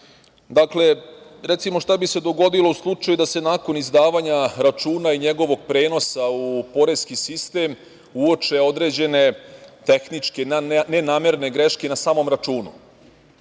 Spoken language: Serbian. građana. Recimo, šta bi se dogodilo u slučaju da se nakon izdavanja računa i njegovog prenosa u poreski sistem uoče određene tehničke nenamerne greške na samom računu? Potom,